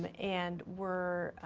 and and were